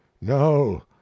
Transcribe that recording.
no